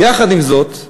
עם זאת,